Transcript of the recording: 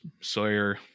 Sawyer